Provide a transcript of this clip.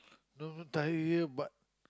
not even you tired here but